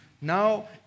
Now